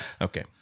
Okay